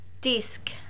Disc